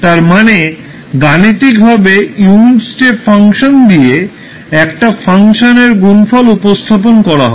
তার মানে গাণিতিক ভাবে ইউনিট স্টেপ ফাংশন দিয়ে একটা ফাংশনএর গুণফল উপস্থাপন করা হয়